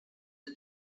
the